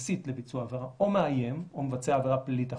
מסית לביצוע עבירה או מאיים או מבצע עבירה פלילית אחרת,